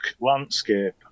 landscape